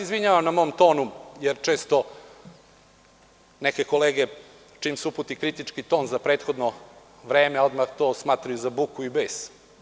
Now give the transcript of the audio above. Izvinjavam se na mom tonu, jer često neke kolege čim se uputi kritički ton za prethodno vreme, odmah to smatraju za buku i bes.